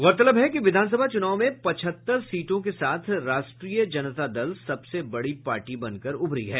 गौरतलब है कि विधानसभा चुनाव में पचहत्तर सीटों के साथ राष्ट्रीय जनता दल सबसे बड़ी पार्टी बनकर उभरी है